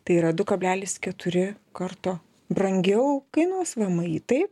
tai yra du kablelis keturi karto brangiau kainuos vmi taip